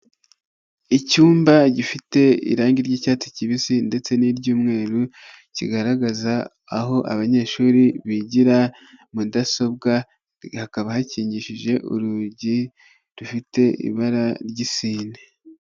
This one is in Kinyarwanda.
Icyumba gifite irangi ry'icyatsi kibisi ndetse n'iryumweru kigaragaza aho abanyeshuri bigira mudasobwa hakaba hakingishije urugi rufite ibara ry'isine.